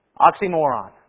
Oxymoron